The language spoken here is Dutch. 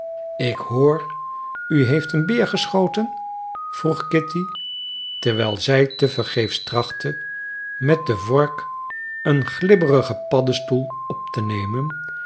ik hoor u heeft een beer geschoten vroeg kitty terwijl zij tevergeefs trachtte met den vork een glibberigen paddestoel op te nemen